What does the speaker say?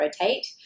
rotate